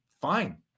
fine